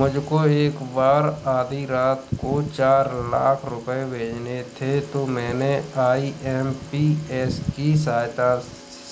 मुझको एक बार आधी रात को चार लाख रुपए भेजने थे तो मैंने आई.एम.पी.एस की सहायता